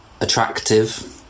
attractive